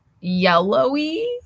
yellowy